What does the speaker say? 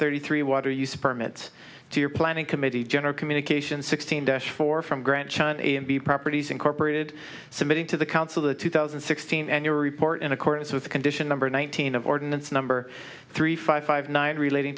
thirty three water use permits to your planning committee general communication sixteen dash four from grant china a and b properties incorporated submitting to the council the two thousand and sixteen and your report in accordance with condition number nineteen of ordinance number three five five nine relating